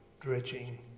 dredging